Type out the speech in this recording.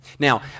Now